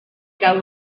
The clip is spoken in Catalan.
que